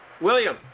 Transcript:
William